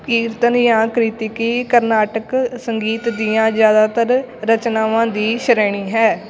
ਕੀਰਤਨ ਜਾਂ ਕ੍ਰਿਤਕੀ ਕਰਨਾਟਕ ਸੰਗੀਤ ਦੀਆਂ ਜ਼ਿਆਦਾਤਰ ਰਚਨਾਵਾਂ ਦੀ ਸ਼੍ਰੇਣੀ ਹੈ